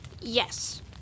Yes